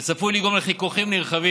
הוא צפוי לגרום לחיכוכים נרחבים